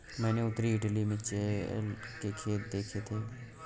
मैंने उत्तरी इटली में चेयल के खेत देखे थे